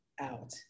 out